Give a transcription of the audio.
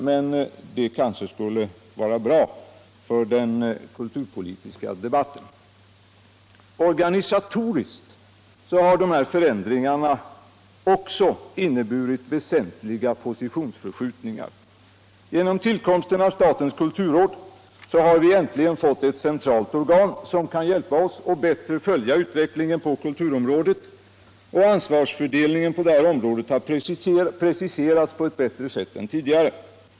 men det skulle nog vara bra för den kultur Kulturpolitiken Kulturpolitiken politiska debatten. Organisatoriskt har förändringarna också inneburit väsentliga positionsförskjutningar. Genom tillkomsten av statens kulturråd har vi äntligen fått ett centralt organ som kan hjälpa oss att bättre följa utvecklingen på kulturområdet, och ansvarsfördelningen inom området har preciserats på ett bättre sätt än tidigare.